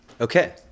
Okay